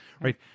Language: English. Right